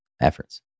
efforts